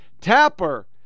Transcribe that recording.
Tapper